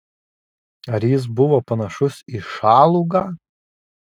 ar jis buvo panašus į šalugą